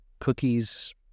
cookies